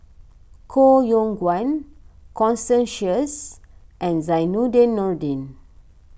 Koh Yong Guan Constance Sheares and Zainudin Nordin